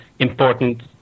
important